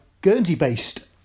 Guernsey-based